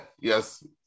yes